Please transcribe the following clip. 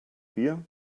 bier